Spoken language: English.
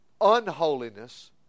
unholiness